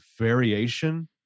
variation